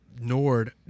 Nord